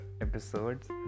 episodes